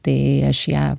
tai aš ją